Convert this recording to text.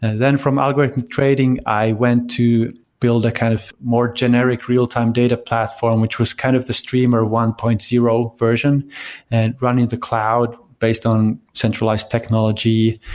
then from algorithmic trading, i went to build a kind of a more generic real-time data platform which was kind of the streamr one point zero version and run in the cloud based on centralized technology,